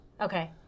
Okay